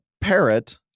parrot